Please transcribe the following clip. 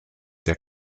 der